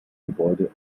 gebäude